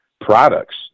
products